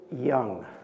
young